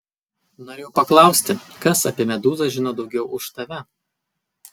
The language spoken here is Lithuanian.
norėjau paklausti kas apie medūzą žino daugiau už tave